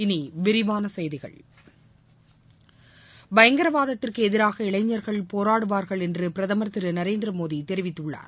இனி விரிவான செய்திகள் பயங்கரவாதத்திற்கு எதிராக இளைஞர்கள் போராடுவார்கள் என்று பிரதமர் திரு நரேந்திர மோடி தெரிவித்துள்ளார்